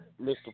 Mr